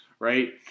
right